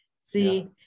See